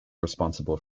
responsible